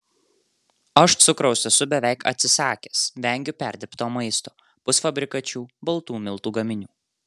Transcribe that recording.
aš cukraus esu beveik atsisakęs vengiu perdirbto maisto pusfabrikačių baltų miltų gaminių